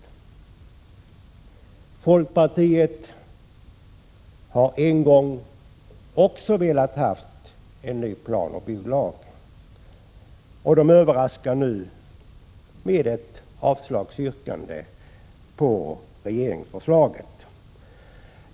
Folkpartiet har en gång också velat ha en ny planoch bygglag men överraskar nu med att yrka avslag på regeringsförslaget.